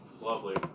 Lovely